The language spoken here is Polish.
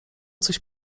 coś